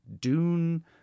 dune